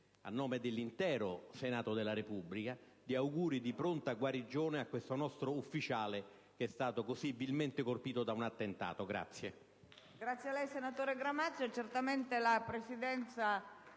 a nome dell'intero Senato della Repubblica, degli auguri di pronta guarigione a questo nostro ufficiale così vilmente colpito da un attentato.